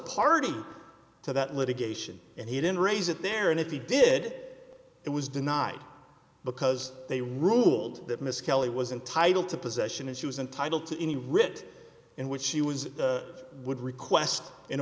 party to that litigation and he didn't raise it there and if he did it was denied because they ruled that miss kelly was entitled to possession as she was entitled to any writ in which she was would request in